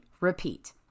Repeat